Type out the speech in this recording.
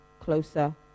closer